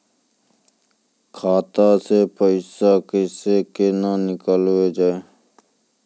खाता से पैसा केना भेजलो जाय छै?